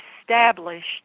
established